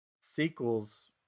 sequels